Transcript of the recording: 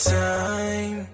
time